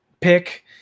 pick